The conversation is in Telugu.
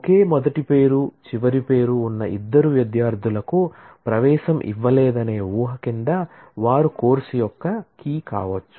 ఒకే మొదటి పేరు చివరి పేరు ఉన్న ఇద్దరు విద్యార్థులకు ప్రవేశం ఇవ్వలేదనే వూహ కింద వారు కోర్సు యొక్క కీ కావచ్చు